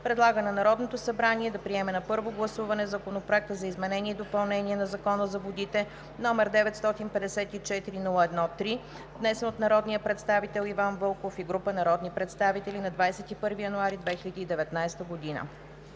предлага на Народното събрание да приеме на първо гласуване Законопроекта за изменение и допълнение на Закона за водите, № 954-01-3, внесен от народния представител Иван Вълков и група народни представители на 25 януари 2019 г.“